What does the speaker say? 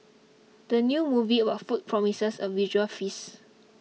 the new movie about food promises a visual feast